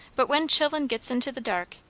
but when chillen gets into the dark,